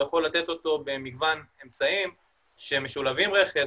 הוא יכול לתת אותו במגוון אמצעים שמשולבים רכש,